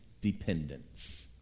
dependence